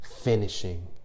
finishing